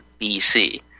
BC